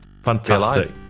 fantastic